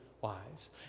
wise